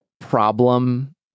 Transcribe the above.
problem